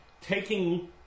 taking